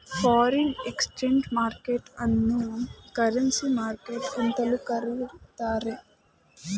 foreign exchange market ಅನ್ನೋ currency market ಎಂತಲೂ ಕರಿತ್ತಾರೆ